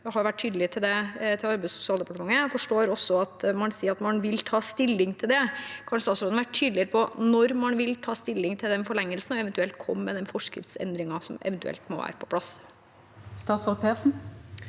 har vært tydelig på det til Arbeids- og sosialdepartementet. Jeg forstår at man sier at man vil ta stilling til det. Kan statsråden være tydelig på når man vil ta stilling til den forlengelsen og eventuelt komme med forskriftsendringen som eventuelt må være på plass? Statsråd Marte